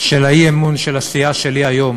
של האי-אמון של הסיעה שלי היום